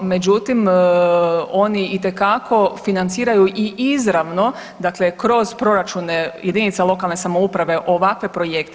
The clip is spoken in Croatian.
Međutim, oni itekako financiraju i izravno, dakle kroz proračune jedinca lokalne samouprave ovakve projekte.